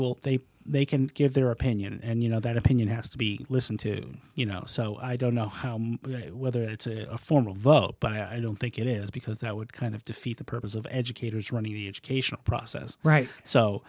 will they they can give their opinion and you know that opinion has to be listened to you know so i don't know how whether it's a formal vote but i don't think it is because that would kind of defeat the purpose of educators running the educational process right so